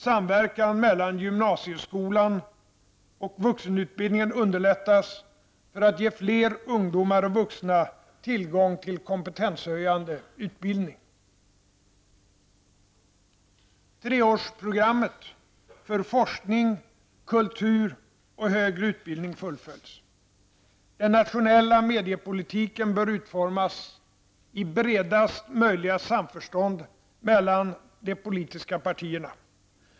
Samverkan mellan gymnasieskolan och vuxenutbildningen underlättas för att ge fler ungdomar och vuxna tillgång till kompetenshöjande utbildning. Den nationella mediepolitiken bör utformas i bredaste möjliga samförstånd mellan de politiska partierna.